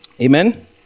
amen